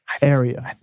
area